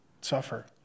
suffer